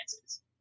chances